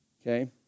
Okay